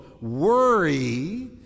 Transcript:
worry